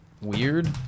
weird